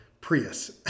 Prius